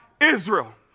Israel